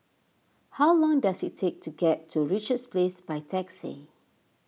how long does it take to get to Richards Place by taxi